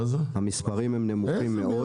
המספרים הם נמוכים מאוד, כמו שאמרתי.